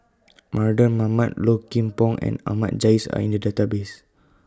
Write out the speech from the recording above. Mardan Mamat Low Kim Pong and Ahmad Jais Are in The Database